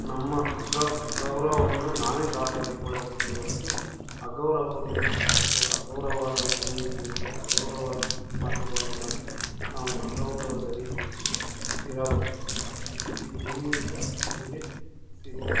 ನಮ್ಮ ಗೌರವವನ್ನು ನಾವೇ ಕಾಪಾಡಿಕೊಳ್ಳಬೇಕೇ ಹೊರತು ಅಗೌರವವಾಗಿ ನಡೆದುಕೊಂಡು ಅಗೌರವವಾದ ಧ್ವನಿಯನ್ನು ಎತ್ತಿ ಅಗೌರವವಾದ ಮಾತುಗಳನ್ನಾಡಿ ನಾವು ಅಗೌರವದ ರೀತಿಯಲ್ಲಿ ಇರಬಾರದು ಈ ಧ್ವನಿಯಿಂದ ನಮಗೆ ಸಿಗುವ